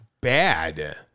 bad